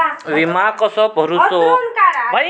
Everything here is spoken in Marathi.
विमा कसो भरूचो?